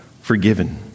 Forgiven